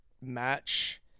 match –